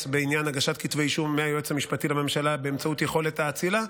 בעניין הגשת כתבי אישום מהיועץ המשפטי לממשלה באמצעות יכולת האצילה,